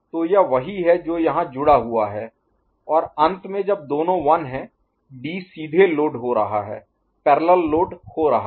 तो यह वही है जो यहां जुड़ा हुआ है और अंत में जब दोनों 1 हैं डी सीधे लोड हो रहा है पैरेलल लोड हो रहा है